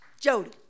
Jody